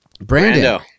Brandon